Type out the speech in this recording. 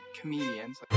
comedians